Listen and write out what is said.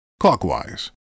clockwise